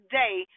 day